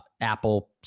Apple